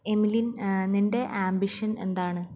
എമിലിൻ നിൻ്റെ ആംബിഷൻ എന്താണ്